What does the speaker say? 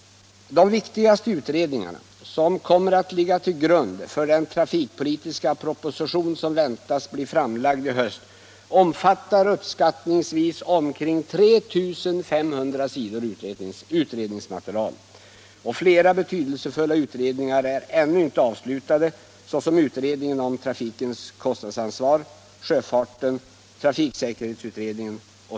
De viktigaste utredningar, som kommer att ligga till grund för den trafikpolitiska proposition som väntas bli framlagd i höst, omfattar uppskattningsvis omkring 3 500 sidor utredningsmaterial. Flera betydelsefulla utredningar är ännu inte avslutade, såsom utredningen om trafikens kostnadsansvar, sjöfartsutredningen och trafiksäkerhetsutredningen.